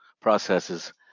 processes